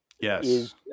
Yes